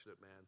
man